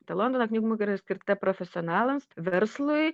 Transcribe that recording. ta londono knygų mugė yra skirta profesionalams verslui